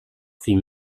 fit